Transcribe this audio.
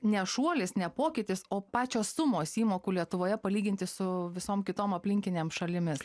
ne šuolis ne pokytis o pačios sumos įmokų lietuvoje palyginti su visom kitom aplinkinėm šalimis